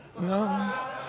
No